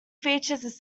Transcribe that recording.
features